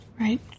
right